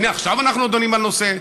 הינה, עכשיו אנחנו דנים על נושא.